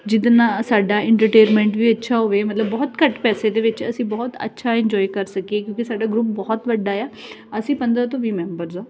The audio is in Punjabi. ਜਿਹਦੇ ਨਾਲ ਸਾਡਾ ਇੰਟਰਟੇਨਮੈਂਟ ਵੀ ਅੱਛਾ ਹੋਵੇ ਮਤਲਬ ਬਹੁਤ ਘੱਟ ਪੈਸੇ ਦੇ ਵਿੱਚ ਅਸੀਂ ਬਹੁਤ ਅੱਛਾ ਇੰਜੋਏ ਕਰ ਸਕੀਏ ਕਿਉਂਕਿ ਸਾਡਾ ਗਰੁੱਪ ਬਹੁਤ ਵੱਡਾ ਆ ਅਸੀਂ ਪੰਦਰ੍ਹਾਂ ਤੋਂ ਵੀਹ ਮੈਂਬਰਸ ਹਾਂ